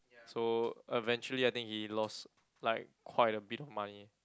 so eventually I think he lost like quite a big of money